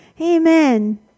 Amen